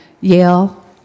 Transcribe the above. Yale